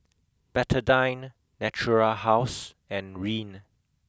Betadine Natura House and Rene